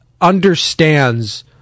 understands